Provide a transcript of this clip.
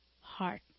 heart